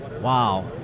Wow